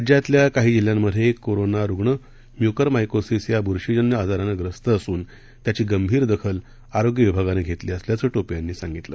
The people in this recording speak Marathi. राज्यातल्या काही जिल्ह्यांमध्ये कोरोना रुग्ण म्युकरमायकोसीस या बुरशीजन्य आजाराने ग्रस्त असून त्याची गंभीर दखल आरोग्य विभागानं घेतली असल्याचं टोपे यांनी सांगितलं